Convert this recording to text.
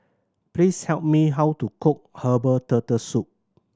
please tell me how to cook herbal Turtle Soup